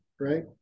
right